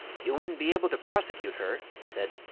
you wouldn't be able to prosecute her, he said,